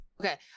okay